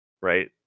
Right